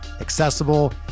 accessible